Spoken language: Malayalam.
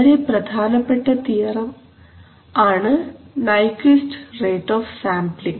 വളരെ പ്രധാനപ്പെട്ട തിയറം ആണ് നൈക്വിസ്റ്റ് റേറ്റ് ഓഫ് സാംപ്ലിങ്